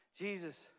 Jesus